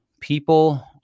people